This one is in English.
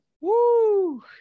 Woo